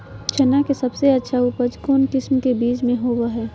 चना के सबसे अच्छा उपज कौन किस्म के बीच में होबो हय?